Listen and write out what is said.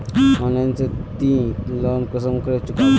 Online से ती loan कुंसम करे चुकाबो?